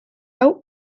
hau